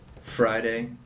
Friday